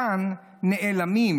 כאן נעלמים,